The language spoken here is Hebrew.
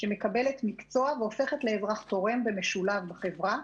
שמקבלת מקצוע והופכת לאזרח תורם ומשולב בחברה.